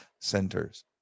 centers